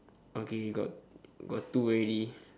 okay got got two already